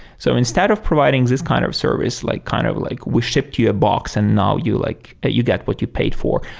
so instead of providing this kind of service, like kind of like we shipped you a box and now you like ah you get what you paid for.